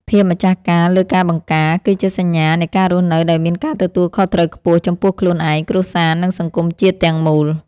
ភាពម្ចាស់ការលើការបង្ការ គឺជាសញ្ញានៃការរស់នៅដោយមានការទទួលខុសត្រូវខ្ពស់ ចំពោះខ្លួនឯង គ្រួសារ និងសង្គមជាតិទាំងមូល។